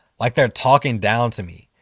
like they are talking down to me.